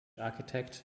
architect